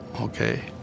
Okay